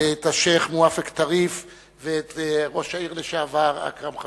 את השיח' מואפק טריף ואת ראש העיר לשעבר אכרם חסון,